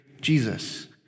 Jesus